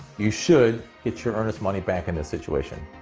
you should get your earnest money back in this situation.